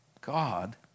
God